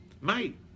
mate